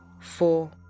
four